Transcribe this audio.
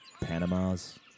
Panamas